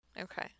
okay